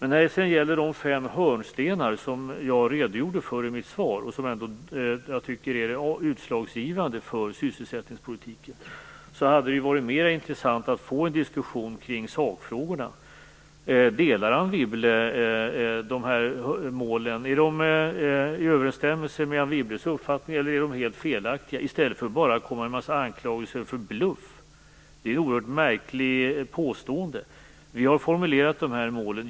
När det gäller de fem hörnstenar som jag redogjorde för i mitt svar och som jag tycker är utslagsgivande för sysselsättningspolitiken, hade det varit mer intressant att få en diskussion kring sakfrågorna. Delar Anne Wibble de här målen? Är de i överensstämmelse med Anne Wibbles uppfattning eller är de helt felaktiga? I stället kommer Anne Wibble med en massa anklagelser för bluff. Det är ett oerhört märkligt påstående.